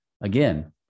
Again